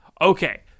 Okay